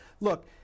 Look